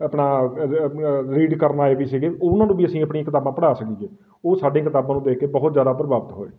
ਆਪਣਾ ਰੀਡ ਕਰਨ ਆਏ ਵੀ ਸੀਗੇ ਉਹਨਾਂ ਨੂੰ ਵੀ ਅਸੀਂ ਆਪਣੀ ਕਿਤਾਬਾਂ ਪੜ੍ਹਾ ਸਕੀਏ ਉਹ ਸਾਡੇ ਕਿਤਾਬਾਂ ਨੂੰ ਦੇਖ ਕੇ ਬਹੁਤ ਜ਼ਿਆਦਾ ਪ੍ਰਭਾਵਿਤ ਹੋਏ